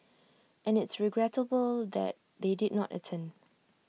and it's regrettable that they did not attend